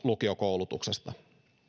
lukiokoulutuksesta